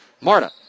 Marta